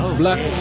black